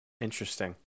Interesting